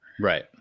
Right